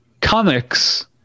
comics